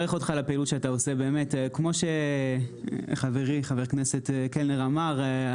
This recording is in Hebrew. כמו שחברי חבר הכנסת קלנר אמר,